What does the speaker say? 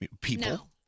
people